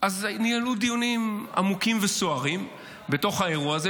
אז ניהלו דיונים עמוקים וסוערים בתוך האירוע הזה,